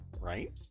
right